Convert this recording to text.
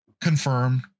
confirmed